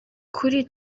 kuri